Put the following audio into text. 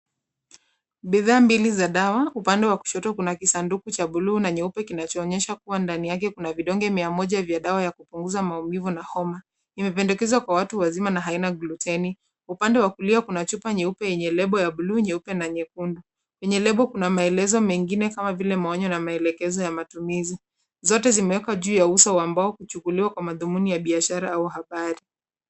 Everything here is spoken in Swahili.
Bidhaa mbili za dawa. Upande wa kushoto kuna kisanduku cha blue na nyeupe kinachoonyesha kuwa ndani yake kuna vidonge mia moja vya dawa ya kupunguza maumivu na homa. Imependekezwa kwa watu wazima na haina gluteni. Upande wa kulia kuna chupa nyeupe yenye lebo ya blue , nyeupe na nyekundu. Kwenye lebo kuna maelezo mengine kama vile maonyo na maelekezo ya matumizi. Zote zimewekwa juu ya uso wa mbao, kukuchukuliwa kwa madhumuni ya biashara au habari.